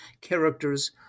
characters